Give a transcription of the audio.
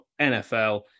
NFL